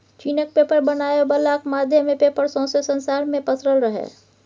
चीनक पेपर बनाबै बलाक माध्यमे पेपर सौंसे संसार मे पसरल रहय